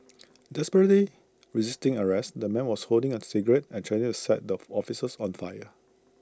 desperately resisting arrest the man was holding A cigarette and threatening to set the officers on fire